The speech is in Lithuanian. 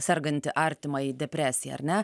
sergantį artimąjį depresija ar ne